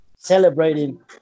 celebrating